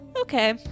Okay